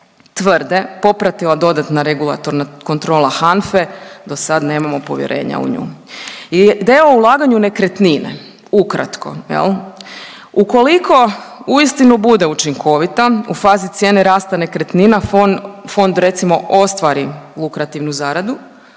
tvrde popratila dodatna regulatorna kontrola HANFE, dosad nemamo povjerenja u nju. I ideja o ulaganju u nekretnine, ukratko jel, ukoliko uistinu bude učinkovita u fazi cijene rasta nekretnina fond recimo ostvari lukrativnu zaradu